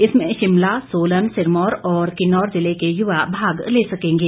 इसमें शिमला सोलन सिरमौर और किन्नौर ज़िले के युवा भाग ले सकेंगे